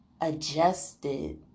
adjusted